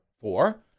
Four